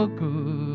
good